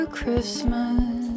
Christmas